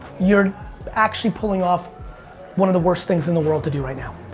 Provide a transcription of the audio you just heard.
you're actually pulling off one of the worst things in the world to do right now.